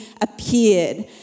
appeared